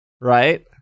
right